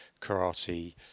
karate